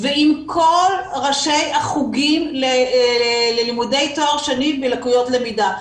כל ראשי החוגים ללימודי תואר שני בלקויות למידה.